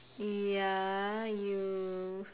ya you